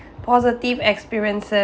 positive experience~